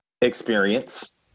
experience